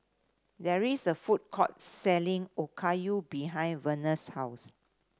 there is a food court selling Okayu behind Verner's house